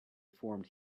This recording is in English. formed